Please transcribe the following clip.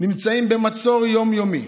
נמצאים במצור יום-יומי.